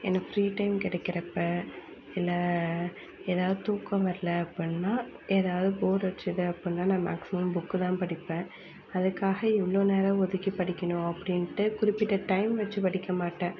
எனக்கு free time கிடைக்கிறப்ப இல்லே எதாவது தூக்கம் வரலை அப்படின்னா எதாவது போர் அடித்தது அப்படின்னா நான் மேக்சிமம் புக்குதான் படிப்பேன் அதுக்காக இவ்வளோ நேரம் ஒதுக்கி படிக்கணும் அப்படின்ட்டு குறிப்பிட்ட டைம் வச்சு படிக்க மாட்டேன்